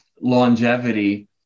longevity